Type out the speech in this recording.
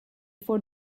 for